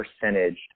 percentage